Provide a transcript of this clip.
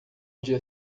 dia